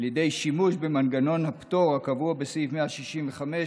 ידי שימוש במנגנון הפטור הקבוע בסעיף 165